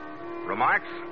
Remarks